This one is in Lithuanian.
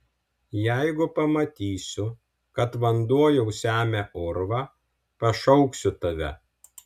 jeigu pamatysiu kad vanduo jau semia urvą pašauksiu tave